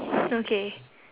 okay